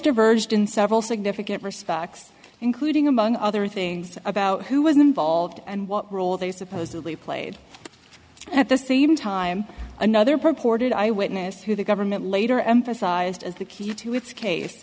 in several significant respects including among other things about who was involved and what role they supposedly played at the same time another purported eyewitness who the government later emphasized as the key to its case